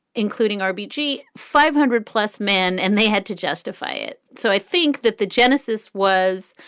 including our b g, five hundred plus men, and they had to justify it. so i think that the genesis was,